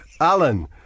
Alan